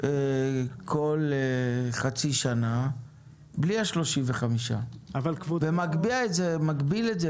כל חצי שנה בלי ה-35 אחוזים ומגביל את זה